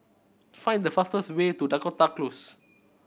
find the fastest way to Dakota Close